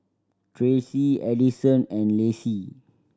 Tracie Adison and Lacie